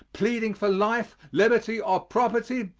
pleading for life, liberty or property,